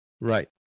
Right